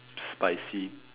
spicy